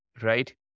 right